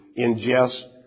ingest